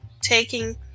taking